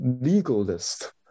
legalist